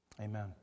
Amen